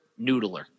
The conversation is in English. noodler